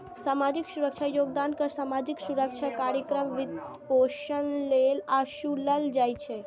सामाजिक सुरक्षा योगदान कर सामाजिक सुरक्षा कार्यक्रमक वित्तपोषण लेल ओसूलल जाइ छै